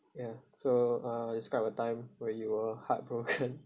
ya so uh describe a time when you were heartbroken